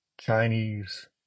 Chinese